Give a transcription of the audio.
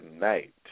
night